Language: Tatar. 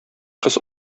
кыз